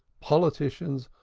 politicians,